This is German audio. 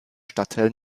stadtteil